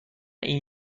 این